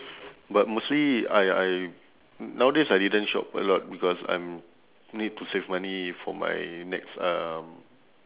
but mostly I I nowadays I didn't shop a lot because I'm need to save money for my next um